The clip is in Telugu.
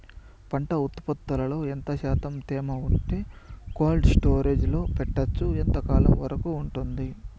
పంట ఉత్పత్తులలో ఎంత శాతం తేమ ఉంటే కోల్డ్ స్టోరేజ్ లో పెట్టొచ్చు? ఎంతకాలం వరకు ఉంటుంది